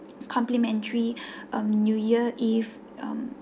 complementary um new year eve